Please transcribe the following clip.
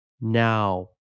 Now